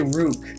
Rook